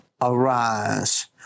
arise